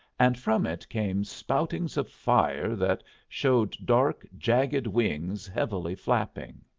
and from it came spoutings of fire that showed dark, jagged wings heavily flapping.